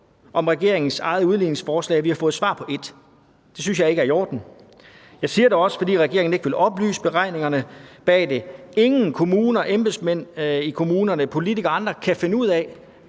om regeringens eget udligningsforslag, og vi har fået svar på et. Det synes jeg ikke er i orden. Jeg siger det også, fordi regeringen ikke vil oplyse beregningerne bagved. Ingen embedsmænd i kommunerne, politikere eller andre kan finde ud af,